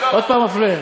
עוד פעם מפלה?